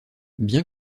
bien